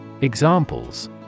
Examples